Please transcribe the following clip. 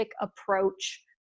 approach